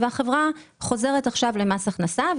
החברה חוזרת למס הכנסה,